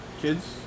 kids